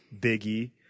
Biggie